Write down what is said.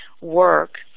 work